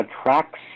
attracts